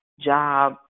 job